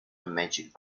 magic